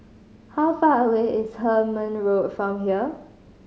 how far away is Hemmant Road from here